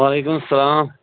وعلیکُم سَلام